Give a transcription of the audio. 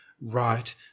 right